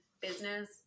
business